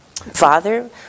Father